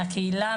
מהקהילה,